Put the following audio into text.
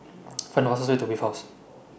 Find The fastest Way to Wave House